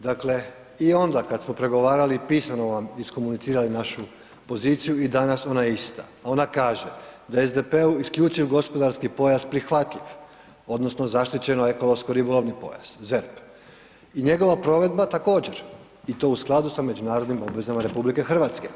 Dakle, i onda kad smo pregovarali i pisano vam iskomunicirali našu poziciju i danas ona je ista, ona kaže da je SDP-u isključiv gospodarski pojas prihvatljiv odnosno zaštićen ekološko ribolovni pojas ZERP i njegova provedba također i to u skladu sa međunarodnim obvezama RH.